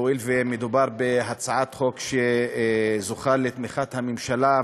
הואיל ומדובר בהצעת חוק שזוכה לתמיכת הממשלה,